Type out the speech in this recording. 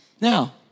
Now